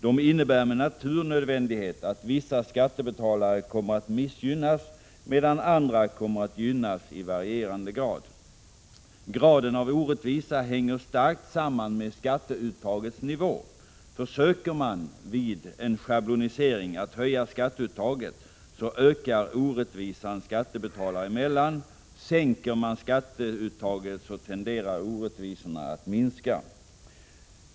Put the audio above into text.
De innebär med naturnödvändighet att vissa skattebetalare kommer att missgynnas, medan andra kommer att gynnas i varierande grad. Graden av orättvisa hänger starkt samman med skatteuttagets nivå. Försöker man vid en schablonisering att höja skatteuttaget, ökar orättvisan skattebetalare emellan. Sänker man skatteuttaget, tenderar orättvisan att minska.